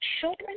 children